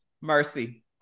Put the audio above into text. Mercy